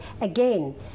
Again